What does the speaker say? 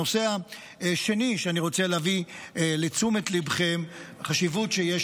הנושא השני שאני רוצה להביא לתשומת ליבכם ולחשיבות שיש